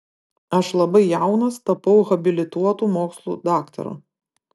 aš labai jaunas tapau habilituotu mokslų daktaru